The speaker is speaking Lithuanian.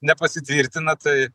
nepasitvirtina tai